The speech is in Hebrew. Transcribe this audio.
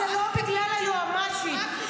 זה לא בגלל היועמ"שית.